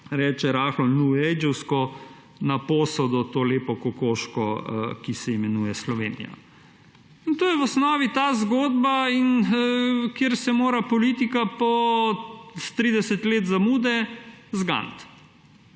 reče rahlo newagevsko, na posodo to lepo kokoško, ki se imenuje Slovenija. To je v osnovi ta zgodba, kjer se mora politika po 30 letih zamude zganiti.